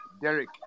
Derek